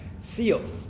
seals